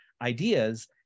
ideas